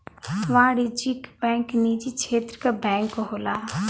वाणिज्यिक बैंक निजी क्षेत्र क बैंक होला